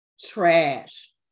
trash